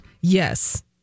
Yes